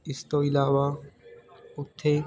ਇਸ ਤੋਂ ਇਲਾਵਾ ਉੱਥੇ